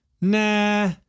Nah